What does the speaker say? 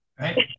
right